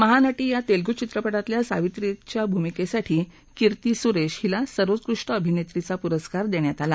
महानटी या तस्तिगू चित्रपटातल्या सावित्रीच्या भूमिक्सीठी कीर्ती सुरधीहीला सर्वोत्कृष्ट अभिनक्षींचा पुरस्कार दप्विात आला